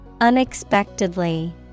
Unexpectedly